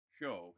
show